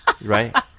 right